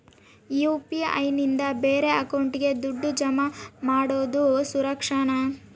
UPI ನಿಂದ ಬೇರೆ ಅಕೌಂಟಿಗೆ ದುಡ್ಡು ಜಮಾ ಮಾಡೋದು ಸುರಕ್ಷಾನಾ?